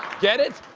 get it?